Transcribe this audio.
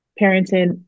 Parenting